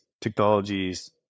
technologies